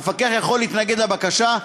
המפקח יוכל להתנגד לבקשה,